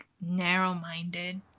narrow-minded